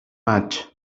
much